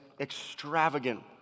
extravagant